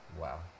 Wow